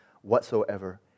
whatsoever